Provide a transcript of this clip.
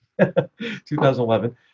2011